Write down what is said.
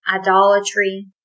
idolatry